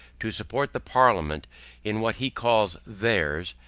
to support the parliament in what he calls theirs,